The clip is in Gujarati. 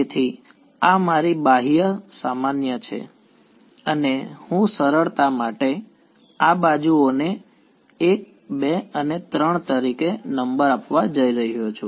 તેથી આ મારી બાહ્ય સામાન્ય છે અને હું સરળતા માટે આ બાજુ ઓને 1 2 અને 3 તરીકે નંબર આપવા જઈ રહ્યો છું